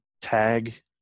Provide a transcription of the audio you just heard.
tag